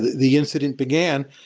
the incident began.